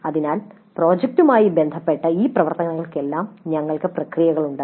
അതിനാൽ പ്രോജക്റ്റുകളുമായി ബന്ധപ്പെട്ട ഈ പ്രവർത്തനങ്ങൾക്കെല്ലാം ഞങ്ങൾക്ക് പ്രക്രിയകളുണ്ട്